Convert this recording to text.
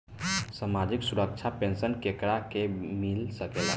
सामाजिक सुरक्षा पेंसन केकरा के मिल सकेला?